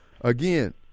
again